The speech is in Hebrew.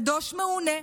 קדוש מעונה.